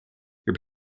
your